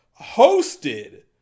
hosted